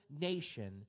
nation